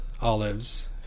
olives